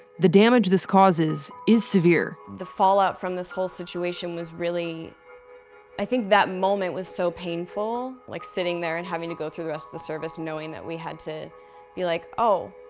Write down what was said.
the damage this causes is severe. the fallout from this whole situation was really i think that moment was so painful, like sitting there and having to go through the rest the service knowing that we had to be like, oh,